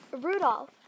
Rudolph